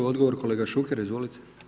Odgovor kolega Šuker, izvolite.